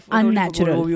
unnatural